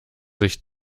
sich